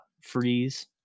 freeze